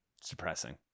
Suppressing